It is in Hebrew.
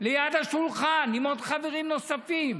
ליד השולחן עם חברים נוספים.